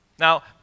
Now